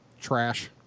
Trash